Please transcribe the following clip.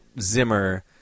Zimmer